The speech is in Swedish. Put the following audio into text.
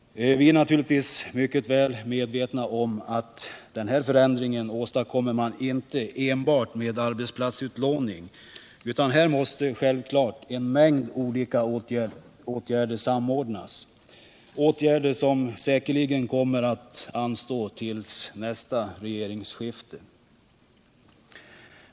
Vi är naturligtvis mycket väl medvetna om att man inte åstadkommer denna förändring enbart med arbetsplatsutlåning. Här måste självklart en mängd olika åtgärder samordnas, åtgärder som säkerligen kommer att få anstå till nästa regeringsskifte.